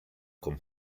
con